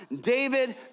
David